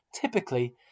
typically